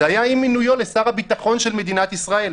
זה היה עם מינויו לשר הביטחון של מדינת ישראל.